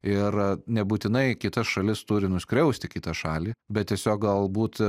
ir nebūtinai kita šalis turi nuskriausti kitą šalį bet tiesiog galbūt